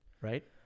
right